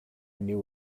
knew